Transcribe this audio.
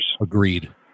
Agreed